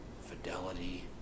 fidelity